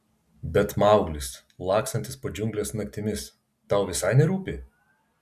bet mauglis lakstantis po džiungles naktimis tau visai nerūpi